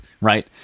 right